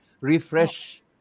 refresh